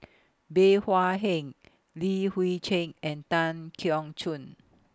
Bey Hua Heng Li Hui Cheng and Tan Keong Choon